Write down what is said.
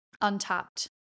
untapped